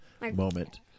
moment